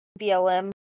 BLM